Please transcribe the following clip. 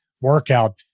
workout